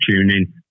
tuning